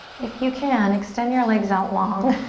if you can, extend your legs out long.